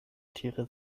tiere